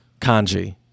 Kanji